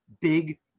Big